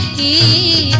ea